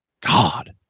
God